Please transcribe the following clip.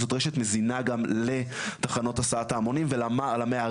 זאת רשת מזינה גם לתחנות הסעת ההמונים ולמערים,